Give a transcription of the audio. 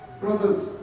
Brothers